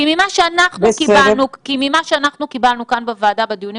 כי ממה שאנחנו קיבלנו כאן בוועדה בדיונים